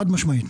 חד משמעית.